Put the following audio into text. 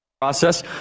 Process